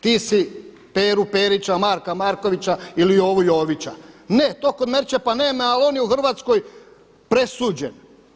Ti si Peru Perića, Marka Markovića ili Jovu Jovića, ne, to kod Merčepa nema ali on je u Hrvatskoj presuđen.